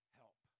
help